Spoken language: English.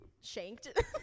shanked